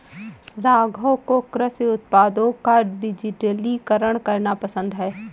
राघव को कृषि उत्पादों का डिजिटलीकरण करना पसंद है